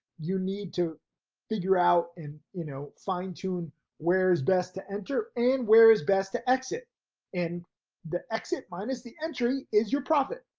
you need to figure out and you know, fine tune where's best to enter and where is best to exit and the exit minus the entry is your profit.